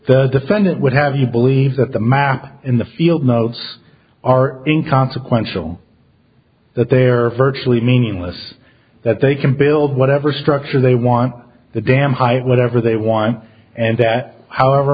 the defendant would have you believe that the map in the field notes are inconsequential that they are virtually meaningless that they can build whatever structure they want the damn high whatever they want and that however